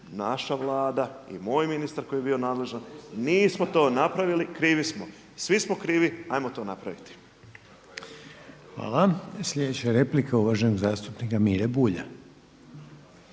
naša vlada i moj ministar koji je bio nadležan mi smo to napravili, krivi smo. Svi smo krivi, ajmo to napraviti. **Reiner, Željko (HDZ)** Hvala. Sljedeća replika uvaženog zastupnika Mire Bulja.